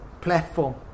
platform